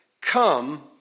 come